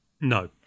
No